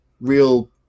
real